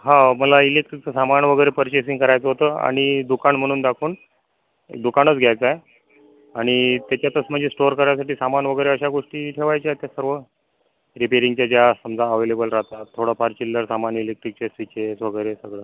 हो मला इलेक्ट्रिकचं सामान वगैरे पर्चेसिंग करायचं होतं आणि दुकान म्हणून दाखवून दुकानच घ्यायचं आहे आणि त्याच्यातच म्हणजे स्टोअर करायसाठी सामान वगैरे अशा गोष्टी ठेवायच्या आहेत त्या सर्व रिपेरिंगच्या ज्या समजा अवेलेबल राहतात थोडंफार चिल्लर सामान इलेक्ट्रिकचे स्विचेस वगैरे सगळं